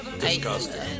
Disgusting